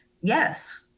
Yes